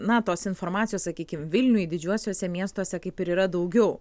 na tos informacijos sakykim vilniuj didžiuosiuose miestuose kaip ir yra daugiau